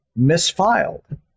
misfiled